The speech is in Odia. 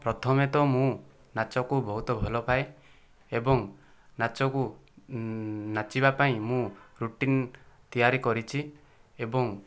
ପ୍ରଥମେ ତ ମୁଁ ନାଚକୁ ବହୁତ ଭଲପାଏ ଏବଂ ନାଚକୁ ନାଚିବା ପାଇଁ ମୁଁ ରୁଟିନ ତିଆରି କରିଛି ଏବଂ